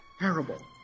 Terrible